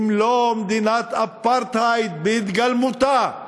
אם לא מדינת אפרטהייד בהתגלמותה?